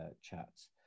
chats